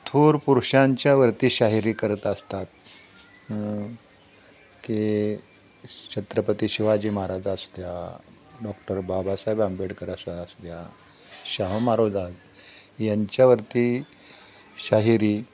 थोर पुरुषांच्यावरती शाहिरी करत असतात की छत्रपती शिवाजी महाराज असू द्या डॉक्टर बाबासाहेब आंबेडकर असा असू द्या शाहू महाराज यांच्यावरती शाहिरी